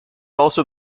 also